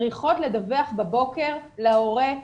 צריכות לדווח בבוקר להורה,